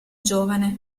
giovane